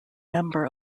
member